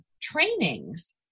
trainings